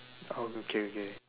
oh okay okay